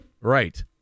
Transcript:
Right